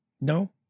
No